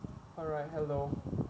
alright hello